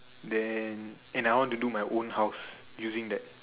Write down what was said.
then and I want to do my own house using that